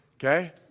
Okay